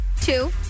Two